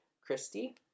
Christy